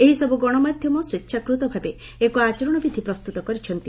ଏହିସବୁ ଗଣମାଧ୍ୟମ ସ୍ୱେଚ୍ଛାକୃତ ଭାବେ ଏକ ଆଚରଣବିଧି ପ୍ରସ୍ତୁତ କରିଛନ୍ତି